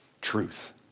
truth